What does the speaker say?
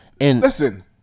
Listen